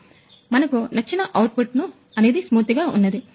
కాబట్టి మనకు వచ్చిన ఔట్పుట్ అనేది స్మూత్ గా ఉన్నది